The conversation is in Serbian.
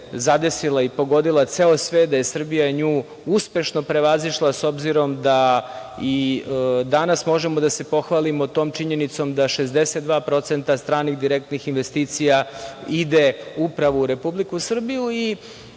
zadesila i pogodila ceo svet da je Srbija nju uspešno prevazišla, s obzirom da, i danas možemo da se pohvalimo tom činjenicom, 62% stranih direktnih investicija ide upravo u Republiku Srbiju. Mnogi